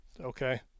okay